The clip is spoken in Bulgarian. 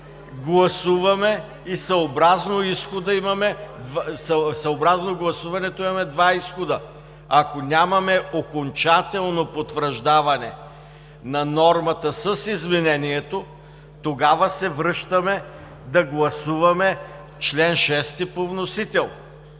гласуваме и съобразно гласуването имаме два изхода: ако нямаме окончателно потвърждаване на нормата с изменението, тогава се връщаме да гласуваме чл. 6 по вносител.